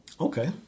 Okay